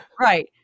Right